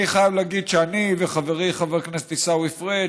אני חייב להגיד שאני וחברי חבר הכנסת עיסאווי פריג',